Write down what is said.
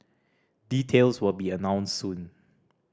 details will be announced soon